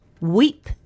Weep